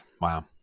Wow